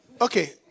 Okay